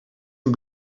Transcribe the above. een